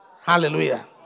hallelujah